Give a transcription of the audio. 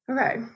okay